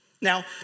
Now